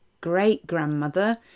great-grandmother